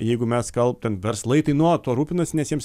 jeigu mes kal ten verslai tai nuolat tuo rūpinasi nes jiems